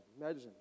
Imagine